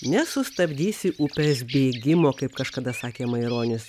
nesustabdysi upės bėgimo kaip kažkada sakė maironis